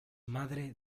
madre